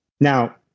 Now